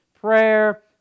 prayer